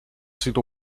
sito